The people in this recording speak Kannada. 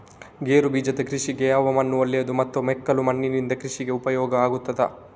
ಗೇರುಬೀಜದ ಕೃಷಿಗೆ ಯಾವ ಮಣ್ಣು ಒಳ್ಳೆಯದು ಮತ್ತು ಮೆಕ್ಕಲು ಮಣ್ಣಿನಿಂದ ಕೃಷಿಗೆ ಉಪಯೋಗ ಆಗುತ್ತದಾ?